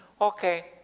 Okay